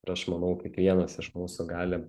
ir aš manau kiekvienas iš mūsų gali